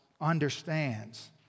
understands